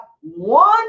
one